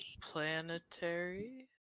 planetary